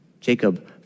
Jacob